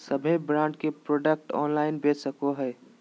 सभे ब्रांड के product online बेच सको हइ